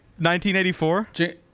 1984